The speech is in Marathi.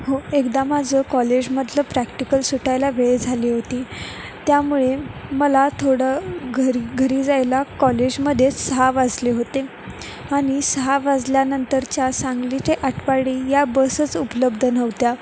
हो एकदा माझं कॉलेजमधलं प्रॅक्टिकल सुटायला वेळ झाली होती त्यामुळे मला थोडं घरी घरी जायला कॉलेजमध्येच सहा वाजले होते आणि सहा वाजल्यानंतरच्या सांगली ते आटपाडी या बसच उपलब्ध नव्हत्या